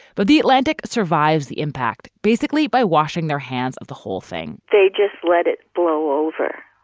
but the atlantic survives the impact basically by washing their hands of the whole thing they just let it blow over,